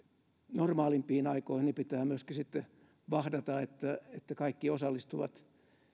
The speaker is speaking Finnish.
normaalimpiin aikoihin pitää sitten myöskin vahdata että että kaikki osallistuvat